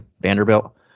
Vanderbilt